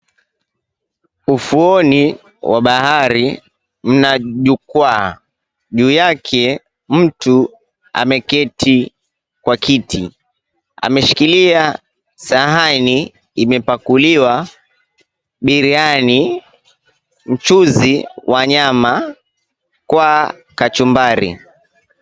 Ufuoni wa bahari mna jukwaa. Juu yake, mtu ameketi kwa kiti. Ameshikilia sahani imepakuliwa biriani, mchuzi wa nyama kwa kachumbari.